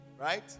right